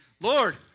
Lord